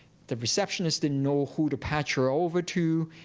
the receptionist didn't know who to patch her over to.